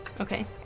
Okay